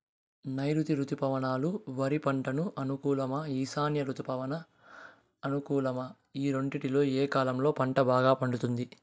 నైరుతి రుతుపవనాలు వరి పంటకు అనుకూలమా ఈశాన్య రుతుపవన అనుకూలమా ఈ రెండింటిలో ఏ కాలంలో పంట బాగా పండుతుంది?